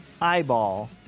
eyeball